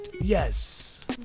Yes